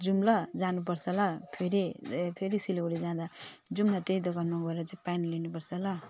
जाउँ ल जानुपर्छ ल फेरि फेरि सिलगढी जाँदा जाउँ न त्यही दोकानमा गएर चाहिँ प्यान्ट लिनुपर्छ ल